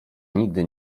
nigdy